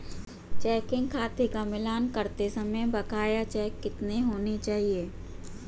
Checking खाते का मिलान करते समय बकाया चेक कितने होने चाहिए?